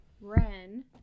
Ren